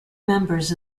members